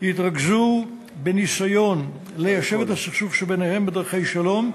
יתרכזו בניסיון ליישב את הסכסוך שביניהם בדרכי שלום,